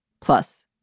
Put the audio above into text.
Plus